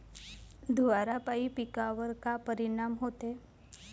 धुवारापाई पिकावर का परीनाम होते?